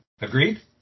Agreed